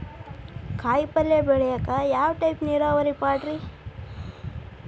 ಕಾಯಿಪಲ್ಯ ಬೆಳಿಯಾಕ ಯಾವ ಟೈಪ್ ನೇರಾವರಿ ಪಾಡ್ರೇ?